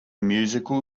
musical